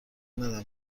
ندم